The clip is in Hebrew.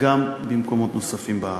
גם במקומות נוספים בארץ.